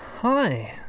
hi